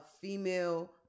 female